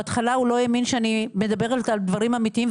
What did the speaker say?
בהתחלה הוא לא האמין שאני מדברת על דברים אמיתיים,